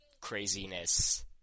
craziness